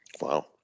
Wow